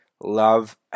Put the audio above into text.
love